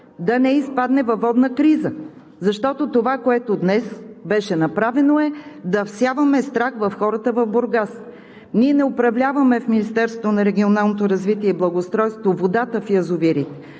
да не изпадне във водна криза? Защото това, което днес беше направено, е да всяваме страх в хората в Бургас. Ние не управляваме в Министерството